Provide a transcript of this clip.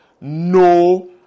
no